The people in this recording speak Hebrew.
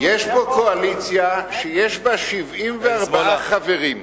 יש פה קואליציה שיש בה 74 חברים,